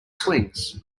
swings